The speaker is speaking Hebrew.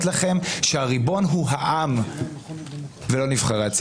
לכם שהריבון הוא העם ולא נבחרי הציבור.